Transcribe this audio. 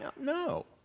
No